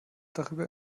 darüber